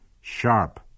sharp